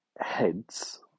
heads